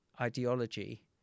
ideology